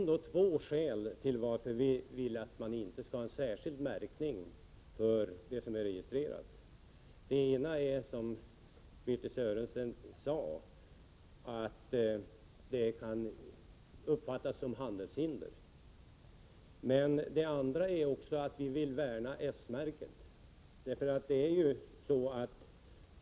Det finns två skäl till varför vi inte vill ha en särskild märkning för de produkter som är registrerade. Det ena skälet är — som Birthe Sörestedt sade —-att märkningen kan uppfattas som ett handelshinder. Det andra skälet är att vi vill värna om S-märket.